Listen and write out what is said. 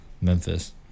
Memphis